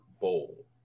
bowl